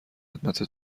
خدمت